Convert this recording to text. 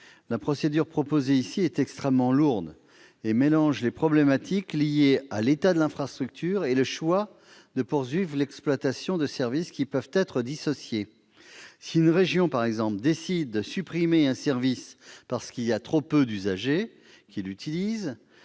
La procédure proposée ici est extrêmement lourde et mélange les problématiques liées à l'état de l'infrastructure avec le choix de poursuivre l'exploitation de services, qui peuvent être dissociés. Par exemple, si une région décide de supprimer un service parce qu'il y a trop peu d'usagers, on ne voit